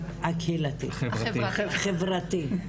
החברתי,